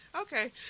Okay